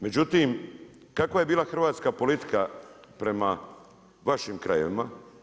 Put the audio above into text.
Međutim, kakva je bila hrvatska politika prema vašim krajevima?